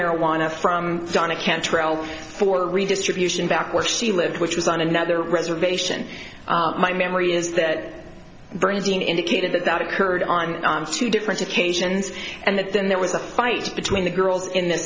marijuana from donna cantrell for redistribution back where she lived which was on another reservation my memory is that bernstein indicated that that occurred on two different occasions and then there was a fight between the girls in th